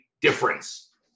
difference